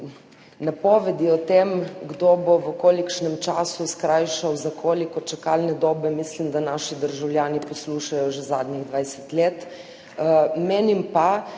Napovedi o tem, kdo bo v kolikšnem času skrajšal za koliko čakalne dobe, mislim, da naši državljani poslušajo že zadnjih 20 let. Menim pa,